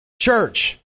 church